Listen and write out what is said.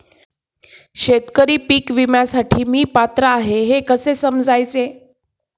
शेतकरी पीक विम्यासाठी मी पात्र आहे हे कसे समजायचे?